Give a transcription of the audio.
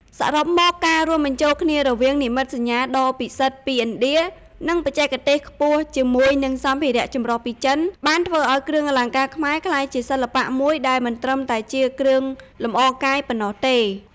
សរុបមក ការរួមបញ្ចូលគ្នារវាងនិមិត្តសញ្ញាដ៏ពិសិដ្ឋពីឥណ្ឌា និងបច្ចេកទេសខ្ពស់ជាមួយនឹងសម្ភារៈចម្រុះពីចិន បានធ្វើឱ្យគ្រឿងអលង្ការខ្មែរក្លាយជាសិល្បៈមួយដែលមិនត្រឹមតែជាគ្រឿងលម្អកាយប៉ុណ្ណោះទេ។